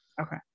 okay